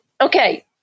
okay